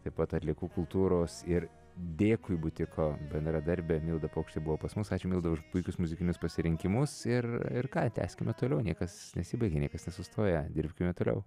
taip pat atliekų kultūros ir dėkui butiko bendradarbė milda paukštė buvo pas mus ačiū milda už puikius muzikinius pasirinkimus ir ir ką tęskime toliau niekas nesibaigia niekas nesustoja dirbkime toliau